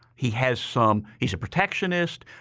he has some he's a protectionist.